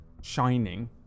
shining